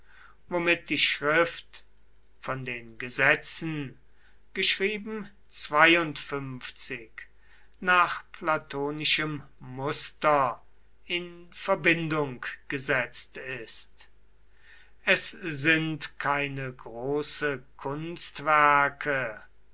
womit die schrift von den gesetzen nach platonischem muster in verbindung gesetzt ist es sind keine große kunstwerke